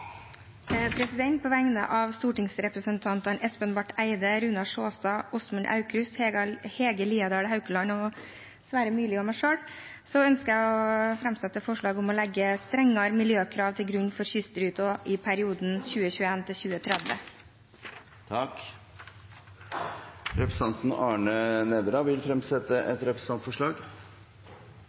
På vegne av stortingsrepresentantene Sverre Myrli, Espen Barth Eide, Runar Sjåstad, Åsmund Aukrust, Hege Liadal Haukeland og meg selv ønsker jeg å framsette et forslag om å legge strenge miljøkrav til grunn for Kystruten i perioden 2021–2030. Representanten Arne Nævra vil fremsette et representantforslag.